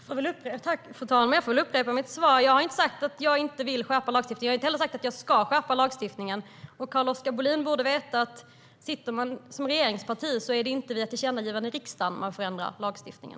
Fru talman! Jag får väl upprepa mitt svar. Jag har inte sagt att jag inte vill skärpa lagstiftningen. Jag har inte heller sagt att jag ska skärpa lagstiftningen. Carl-Oskar Bohlin borde veta att sitter man i ett regeringsparti är det inte via tillkännagivanden från riksdagen man förändrar lagstiftningen.